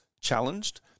challenged